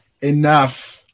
Enough